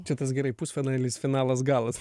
čia tas gerai pusfinalis finalas galas